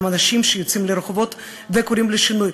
אנשים שיוצאים לרחובות וקוראים לשינוי.